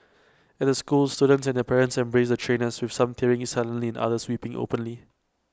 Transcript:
at the school students and their parents embraced the trainers with some tearing silently and others weeping openly